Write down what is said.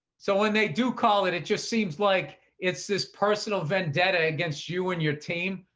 so when they do call it, it just seems like it's this personal vendetta against you and your team.